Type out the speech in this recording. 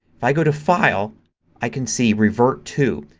if i go to file i can see revert to.